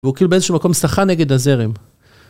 והוא כאילו באיזשהו מקום שחה נגד הזרם.